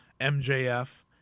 mjf